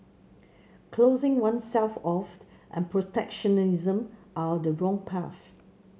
closing oneself off and protectionism are the wrong path